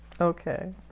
Okay